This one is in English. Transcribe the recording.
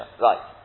right